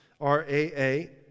R-A-A